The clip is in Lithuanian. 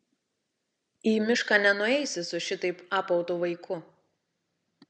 į mišką nenueisi su šitaip apautu vaiku